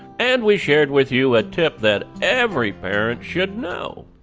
and we shared with you a tip that every parent should know.